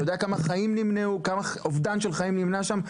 אתה יודע כמה אובדן של חיים נמנע שם?